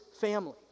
family